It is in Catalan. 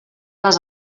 les